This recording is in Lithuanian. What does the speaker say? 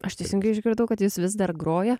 aš teisingai išgirdau kad jis vis dar groja